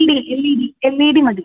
T V L E D L E D മതി